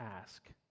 ask